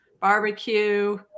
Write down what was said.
barbecue